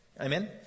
Amen